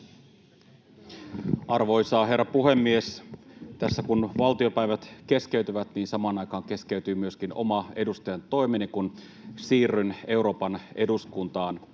Arvoisa herra puhemies! Tässä kun valtiopäivät keskeytyvät, niin samaan aikaan keskeytyy myöskin oma edustajantoimeni, kun siirryn Euroopan eduskuntaan